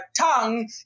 tongue